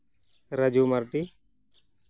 Raju Mardi